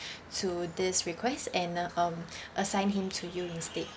to this request and uh um assign him to you instead